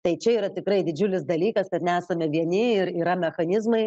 tai čia yra tikrai didžiulis dalykas kad nesame vieni ir yra mechanizmai